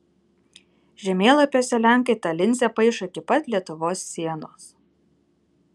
žemėlapiuose lenkai tą linzę paišo iki pat lietuvos sienos